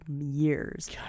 years